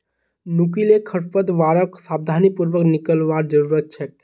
नुकीले खरपतवारक सावधानी पूर्वक निकलवार जरूरत छेक